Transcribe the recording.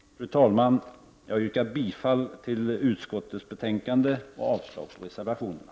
Fru talman! Jag yrkar bifall till hemställan i utskottets betänkande och avslag på reservationerna.